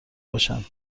باشن